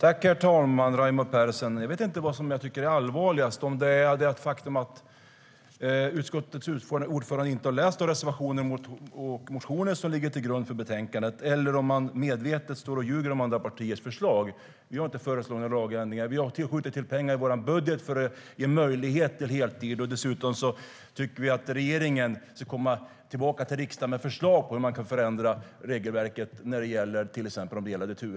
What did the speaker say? Herr talman! Jag vet inte vad jag tycker är allvarligast, om det är att utskottets ordförande inte har läst reservationerna och de motioner som ligger till grund för betänkandet eller om han medvetet ljuger om andra partiers förslag. Vi har inte föreslagit några lagändringar. Vi har skjutit till pengar i vår budget för att ge möjlighet till heltid. Dessutom tycker vi att regeringen ska komma tillbaka till riksdagen med förslag om hur regelverket kan förändras när det gäller till exempel de delade turerna.